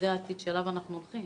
זה העתיד שאליו אנחנו הולכים,